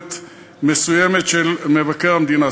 בביקורת מסוימת של מבקר המדינה.